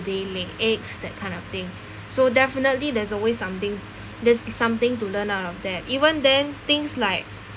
they lay eggs that kind of thing so definitely there's always something there's something to learn out of that even then things like